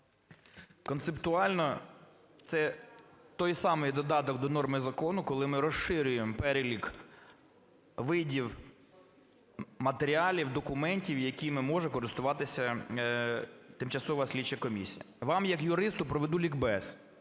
Концептуально це той самий додаток до норми закону, коли ми розширюємо перелік видів матеріалів, документів, якими може користуватися тимчасова слідча комісія. Вам як юристу проведу лікбез.